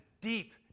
deep